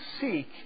seek